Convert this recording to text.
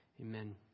Amen